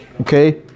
okay